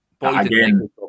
again